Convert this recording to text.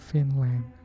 Finland